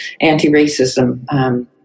anti-racism